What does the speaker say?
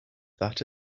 that